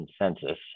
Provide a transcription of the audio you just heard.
consensus